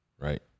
right